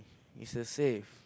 is a safe